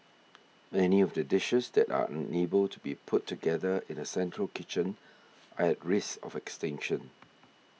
any of the dishes that are unable to be put together in a central kitchen are at risk of extinction